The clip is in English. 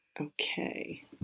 Okay